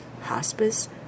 Hospice